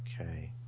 Okay